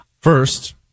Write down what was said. First